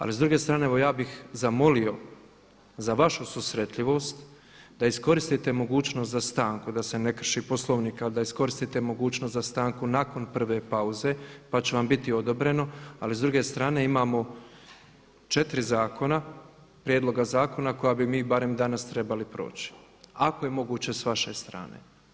Ali s druge strane evo ja bih zamolio za vašu susretljivost da iskoristite mogućnost za stanku da se ne krši Poslovnik, a da iskoristite mogućnost za stanku nakon prve pauze pa će vam biti odobreno, ali s druge strane imamo četiri prijedloga zakona koja bi mi barem danas trebali proći, ako je moguće s vaše strane.